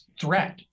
threat